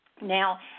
Now